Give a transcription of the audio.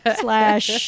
slash